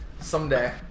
Someday